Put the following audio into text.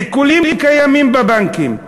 עיקולים קיימים בבנקים.